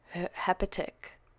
hepatic